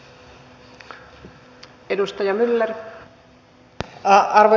arvoisa puhemies